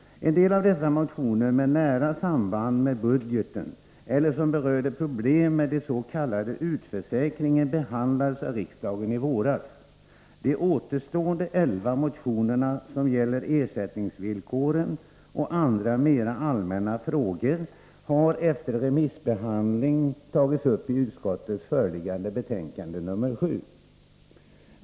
En del av dessa motioner med nära samband med budgeten eller som berörde problemen med dens.k. utförsäkringen behandlades av riksdagen i våras. De återstående elva motionerna, som gäller ersättningsvillkoren och andra mer allmänna frågor, har efter remissbehandling tagits upp i utskottets föreliggande betänkande nr 7.